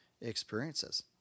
Experiences